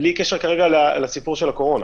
בלי קשר כרגע לסיפור של הקורונה.